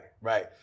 Right